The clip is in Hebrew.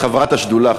את חברת השדולה,